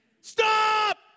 Stop